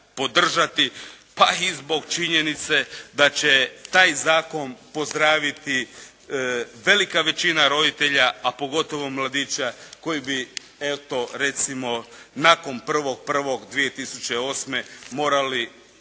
podržati pa i zbog činjenice da će taj zakon pozdraviti velika većina roditelja a pogotovo mladića koji bi eto recimo nakon 1.1.2008. morali